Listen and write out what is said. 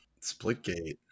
Splitgate